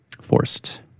forced